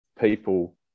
people